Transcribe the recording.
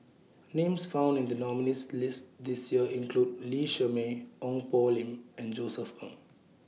Names found in The nominees' list This Year include Lee Shermay Ong Poh Lim and Josef Ng